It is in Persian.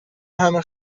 همه